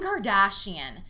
Kardashian